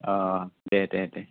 अ दे दे दे